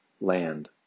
land